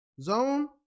zone